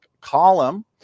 column